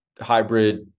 hybrid